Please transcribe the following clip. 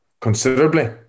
considerably